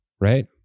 right